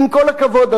אדוני השר,